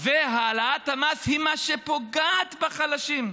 והעלאת המס היא מה שפוגע בחלשים.